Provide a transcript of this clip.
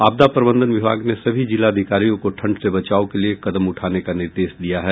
आपदा प्रबंधन विभाग ने सभी जिलाधिकारियों को ठंड से बचाव के लिये कदम उठाने का निर्देश दिया है